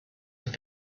have